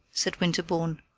said winterbourne.